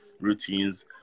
routines